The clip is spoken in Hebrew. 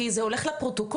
כי זה הולך לפרוטוקול,